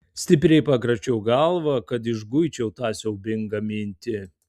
stipriai pakračiau galvą kad išguičiau tą siaubingą mintį